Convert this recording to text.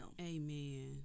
amen